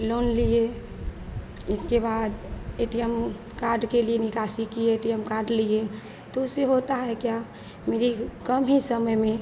loan लिए इसके बाद ए टी यम कार्ड के लिए निकासी किए ए टि यम कार्ड लिए तो उससे होता है क्या मेरी कम ही समय में